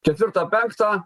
ketvirtą penktą